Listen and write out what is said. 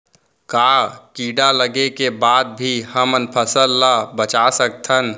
का कीड़ा लगे के बाद भी हमन फसल ल बचा सकथन?